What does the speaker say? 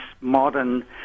modern